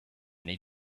need